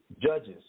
Judges